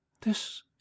This